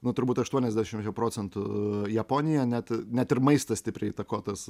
na turbūt aštuoniasdešimt procentų japonija net net ir maistas stipriai įtakotas